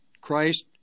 Christ